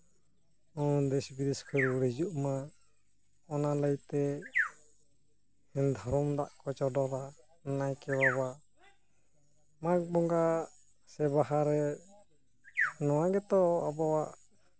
ᱦᱚᱸ ᱵᱮᱥ ᱵᱮᱥᱠᱚ ᱨᱩᱣᱟᱹᱲ ᱦᱤᱡᱩᱜ ᱢᱟ ᱚᱱᱟ ᱞᱟᱹᱭᱛᱮ ᱫᱷᱚᱨᱚᱢ ᱫᱟᱜ ᱠᱚ ᱪᱚᱰᱚᱨᱟ ᱱᱟᱭᱠᱮ ᱵᱟᱵᱟ ᱢᱟᱜᱽ ᱵᱚᱸᱜᱟ ᱥᱮ ᱵᱟᱦᱟᱨᱮ ᱱᱚᱣᱟ ᱜᱮᱛᱚ ᱟᱵᱚᱣᱟᱜ